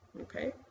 Okay